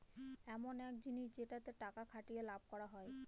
ইমন এক জিনিস যেটাতে টাকা খাটিয়ে লাভ করা হয়